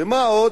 ומה עוד?